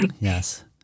Yes